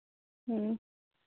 ह्म्म